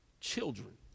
children